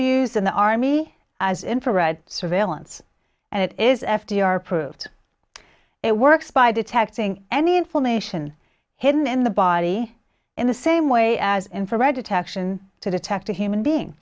used in the army as infrared surveillance and it is f d r approved it works by detecting any information hidden in the body in the same way as infrared detection to detect a human being